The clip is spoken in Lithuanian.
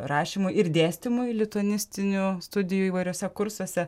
rašymui ir dėstymui lituanistinių studijų įvairiuose kursuose